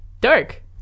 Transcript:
dark